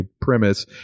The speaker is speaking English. premise